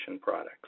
products